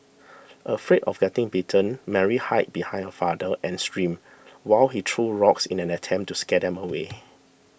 afraid of getting bitten Mary hide behind her father and screamed while he threw rocks in an attempt to scare them away